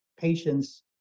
patients